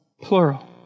plural